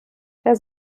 der